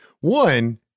One